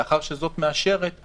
לאחר שזאת מאשרת,